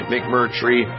McMurtry